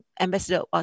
Ambassador